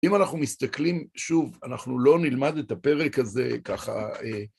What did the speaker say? אם אנחנו מסתכלים, שוב, אנחנו לא נלמד את הפרק הזה, ככה...